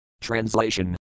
Translation